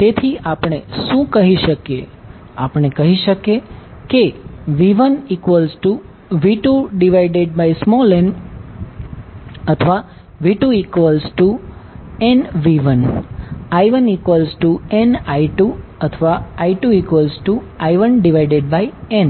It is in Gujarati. તેથી આપણે શું કહી શકીએ આપણે કહી શકીએ કે V1V2n અથવા V2nV1 I1nI2અથવા I2I1n